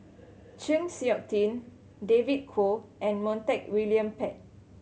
Chng Seok Tin David Kwo and Montague William Pett